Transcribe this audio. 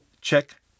check